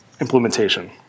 implementation